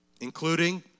including